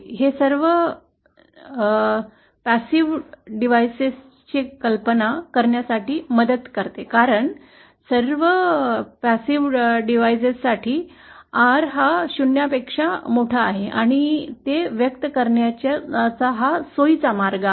हे सर्व निष्क्रीय उपकरणांचे कल्पना करण्यास मदत करते कारण सर्व निष्क्रीय उपकरणांसाठी आर 0 पेक्षा मोठे आहे आणि ते व्यक्त करण्याचा सोयीचा मार्ग आहे